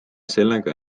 sellega